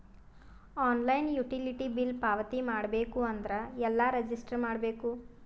Online utility bill ಪಾವತಿ ಮಾಡಬೇಕು ಅಂದ್ರ ಎಲ್ಲ ರಜಿಸ್ಟರ್ ಮಾಡ್ಬೇಕು?